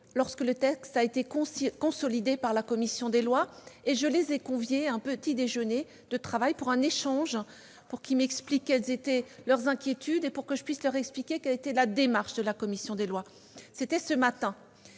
lorsque le texte a été consolidé par la commission des lois. Je les ai conviés à un petit-déjeuner de travail pour qu'ils m'expliquent quelles étaient leurs inquiétudes et que je puisse, de mon côté, leur expliquer quelle était la démarche de la commission des lois. Cet échange